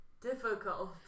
Difficult